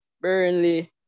Burnley